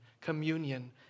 communion